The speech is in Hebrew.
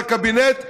לקבינט,